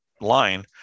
line